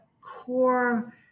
core